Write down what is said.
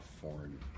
foreign